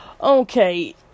Okay